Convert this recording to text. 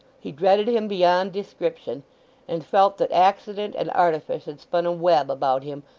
he dreaded him beyond description and felt that accident and artifice had spun a web about him,